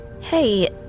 Hey